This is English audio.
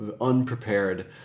unprepared